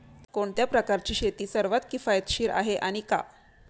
कोणत्या प्रकारची शेती सर्वात किफायतशीर आहे आणि का?